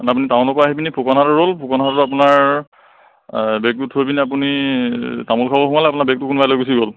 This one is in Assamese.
মানে আপুনি টাউনৰ পৰা আহি পিনি ফুকন হাটত ৰ'ল ফুকন হাটত আপোনাৰ বেগটো থৈ পিনি আপুনি তামোল খাব সোমালে আপোনাৰ বেগটো কোনোবাই লৈ গুছি গ'ল